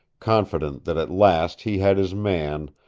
confident that at last he had his man,